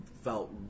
felt